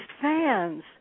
fans